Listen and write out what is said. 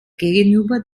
gegenüber